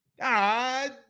God